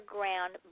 Ground